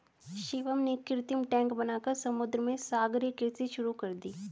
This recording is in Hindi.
शिवम ने कृत्रिम टैंक बनाकर समुद्र में सागरीय कृषि शुरू कर दी